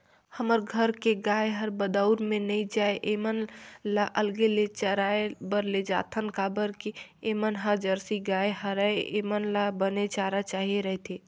हमर घर के गाय हर बरदउर में नइ जाये ऐमन ल अलगे ले चराए बर लेजाथन काबर के ऐमन ह जरसी गाय हरय ऐेमन ल बने चारा चाही रहिथे